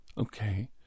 okay